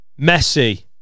Messi